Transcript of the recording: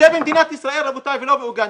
זה במדינת ישראל רבותיי ולא באוגנדה.